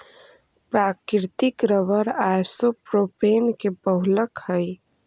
प्राकृतिक rubber isopropene के बहुलक हई